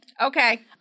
okay